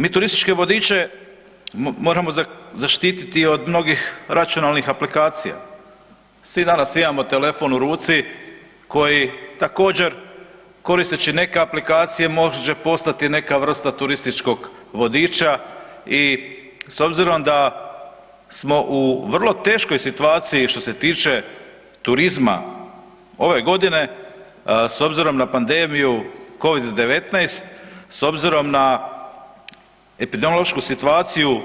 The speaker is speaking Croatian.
Mi turističke vodiče moramo zaštititi od mnogih računalnih aplikacija, svi danas imamo telefon u ruci koji također koristeći neke aplikacije, može postati neka vrsta turističkog vodiča i s obzirom da smo u vrlo teškoj situaciji što se tiče turizma ove godine s obzirom na pandemiju COVID-19, s obzirom na epidemiološku situaciju